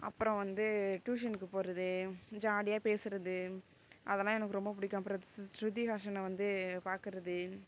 அப்புறம் வந்து டியூஷனுக்கு போகிறது ஜாலியாக பேசுகிறது அதெல்லாம் எனக்கு ரொம்ப பிடிக்கும் அப்புறம் ஸ்ருதிஹாசன வந்து பார்க்குறது